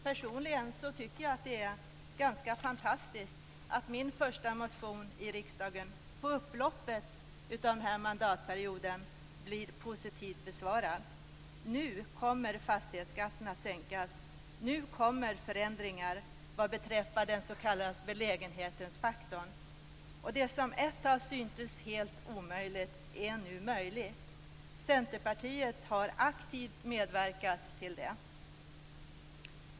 Personligen tycker jag att det är fantastiskt att min första motion i riksdagen på upploppet av den här mandatperioden blir positivt besvarad. Nu kommer fastighetsskatten att sänkas. Nu kommer förändringar vad beträffar den s.k. belägenhetsfaktorn. Det som ett tag syntes helt omöjligt är nu möjligt. Centerpartiet har aktivt medverkat till detta.